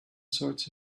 sorts